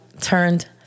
turned